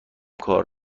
کار